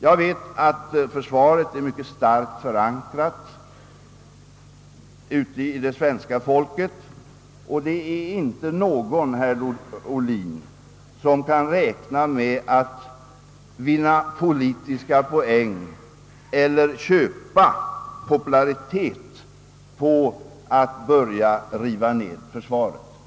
Jag vet att försvaret är mycket starkt förankrat ute hos det svenska folket. Det finns inte någon, herr Ohlin, som kan räkna med att vinna politiska poäng eller köpa popularitet genom att börja riva ned det.